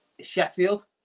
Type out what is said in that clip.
Sheffield